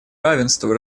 равенства